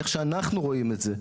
איך שאנחנו רואים את זה.